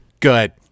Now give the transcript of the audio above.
good